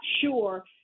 sure